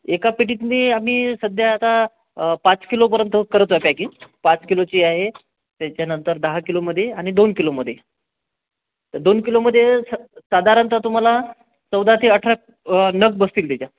एका पेटीत मी आम्ही सध्या आता अ पाच किलोपर्यंत करत आहे पॅकिंग पाच किलोची आहे त्याच्यानंतर दहा किलोमध्ये आणि दोन किलोमध्ये तर दोन किलोमध्ये साधारणतः तुम्हाला चौदा ते अठरा नग बसतील त्याच्यात